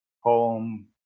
home